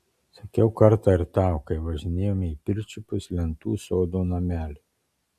sakiau kartą ir tau kai važinėjome į pirčiupius lentų sodo nameliui